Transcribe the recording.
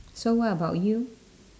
so what about you